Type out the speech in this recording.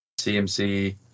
CMC